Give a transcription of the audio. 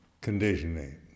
Conditioning